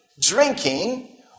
drinking